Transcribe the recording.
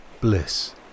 Bliss